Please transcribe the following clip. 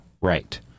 right